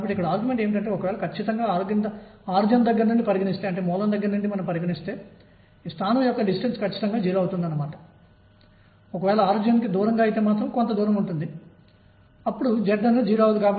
కాబట్టి ఇది వ్యాసార్థం r కలిగిన వృత్తాకార కక్ష్యలో తిరుగుతుంటే దాని వేగం ఈ దిశలో ఉంటుంది అప్పుడు m v dx నాకు ఇస్తుంది